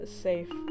Safe